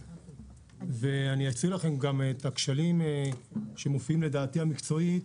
אני אציג לכם את הכשלים שמופיעים לדעתי המקצועית